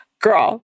girl